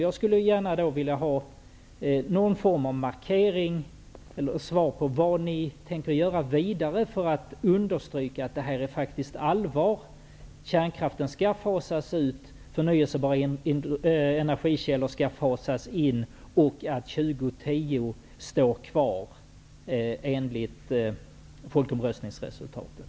Jag skulle gärna vilja få någon form av markering om vad ni avser att göra för att understryka att det är allvar -- att kärnkraften skall fasas ut och att förnyelsebara energikällor skall fasas in samt att år 2010 kvarstår som senaste stopptidpunkt enligt folkomröstningsresultatet.